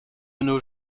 nos